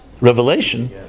revelation